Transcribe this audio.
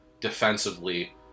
defensively